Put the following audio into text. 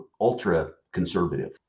ultra-conservative